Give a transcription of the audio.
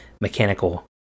mechanical